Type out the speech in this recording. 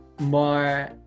More